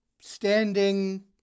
standing